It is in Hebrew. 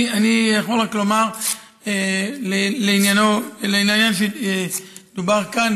אני יכול רק לומר לעניין שדובר כאן,